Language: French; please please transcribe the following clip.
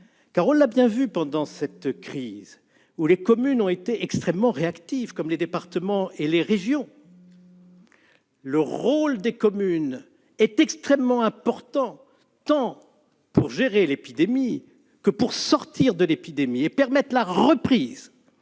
on l'a bien vu pendant cette crise, où les communes ont été extrêmement réactives, tout comme les départements et les régions, le rôle des communes aura été extrêmement important tant pour gérer l'épidémie que pour en sortir et permettre la reprise